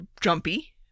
jumpy